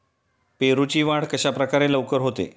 पेरूची वाढ कशाप्रकारे लवकर होते?